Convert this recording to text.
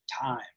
time